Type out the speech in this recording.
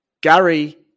Gary